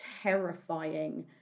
terrifying